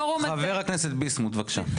חבר הכנסת ביסמוט, בבקשה.